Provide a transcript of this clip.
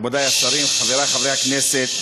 מכובדי השרים, חברי חברי הכנסת,